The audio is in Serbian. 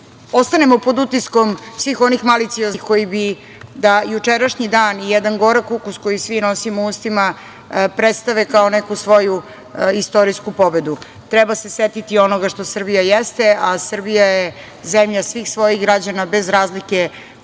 ostanemo pod utiskom svih onih malicioznih koji bi da jučerašnji dan i jedan gorak ukus koji svi nosio u ustima predstave kao neku svoju istorijsku pobedu. Treba se setiti onoga što Srbija jeste, a Srbija je zemlja svih svojih građana, bez razlike